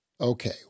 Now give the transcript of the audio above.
Okay